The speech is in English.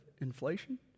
inflation